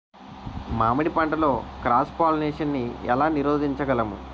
మామిడి పంటలో cross pollination నీ ఏల నీరోధించగలము?